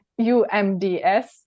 umds